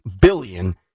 billion